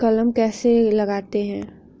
कलम कैसे लगाते हैं?